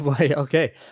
okay